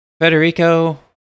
Federico